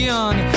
young